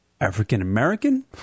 African-American